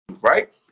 right